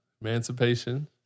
emancipation